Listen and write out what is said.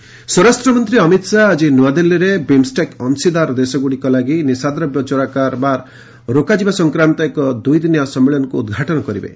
ଅମିତ ଶାହା କନଫରେନୁ ସ୍ୱରାଷ୍ଟ୍ର ମନ୍ତ୍ରୀ ଅମିତ ଶାହା ଆଜି ନୂଆଦିଲ୍ଲୀରେ ବିମ୍ଷେକ୍ ଅଂଶିଦାର ଦେଶଗୁଡ଼ିକ ଲାଗି ନିଶାଦ୍ରବ୍ୟ ଚୋରାକାବାର ରୋକାଯିବା ସଂକ୍ରାନ୍ତ ଏକ ଦୁଇଦିନିଆ ସମ୍ମିଳନୀକୁ ଉଦ୍ଘାଟନ କରିବେ